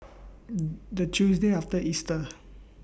The Tuesday after Easter